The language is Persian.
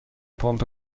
پمپ